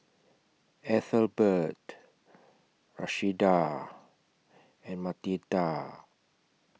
Ethelbert Rashida and Marnita